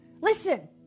Listen